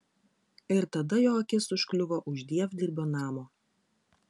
ir tada jo akis užkliuvo už dievdirbio namo